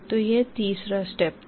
तो यह तीसरा स्टेप था